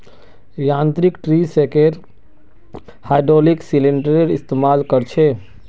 यांत्रिक tree shaker hydraulic सिलिंडरेर इस्तेमाल कर छे